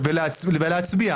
לא נפסיד הרבה.